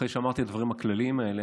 אחרי שאמרתי את הדברים הכלליים האלה,